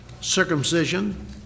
circumcision